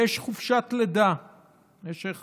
יש חופשת לידה במשך